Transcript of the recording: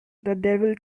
devil